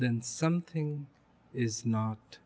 then something is not